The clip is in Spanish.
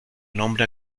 nombre